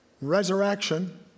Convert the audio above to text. Resurrection